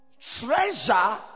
Treasure